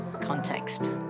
context